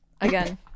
Again